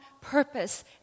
purpose